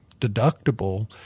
deductible